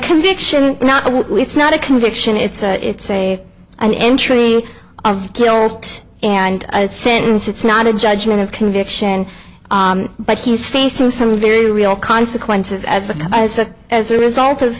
conviction now it's not a conviction it's a it's a an entry of guilt and sentence it's not a judgment of conviction but he's facing some very real consequences as a couple as a as a result of